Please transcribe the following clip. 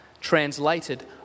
translated